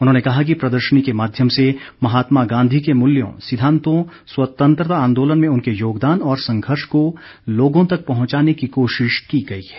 उन्होंने कहा कि प्रदर्शनी के माध्यम से महात्मा गांधी के मूल्यों सिद्वांतों स्वतंत्रता आंदोलन में उनके योगदान और संघर्ष को लोगों तक पहुंचाने की कोशिश की गई है